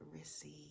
receive